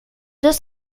deux